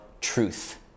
truth